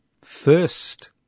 first